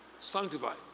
sanctified